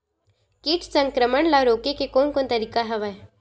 कीट संक्रमण ल रोके के कोन कोन तरीका हवय?